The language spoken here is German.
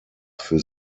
für